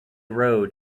road